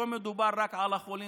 לא מדובר רק על החולים.